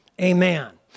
Amen